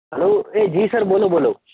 hello એ જી sir બોલો બોલો